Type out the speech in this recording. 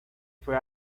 fue